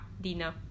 dinner